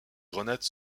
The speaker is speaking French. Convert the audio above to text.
grenades